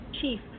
chief